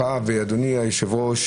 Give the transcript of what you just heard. ואדוני היושב-ראש,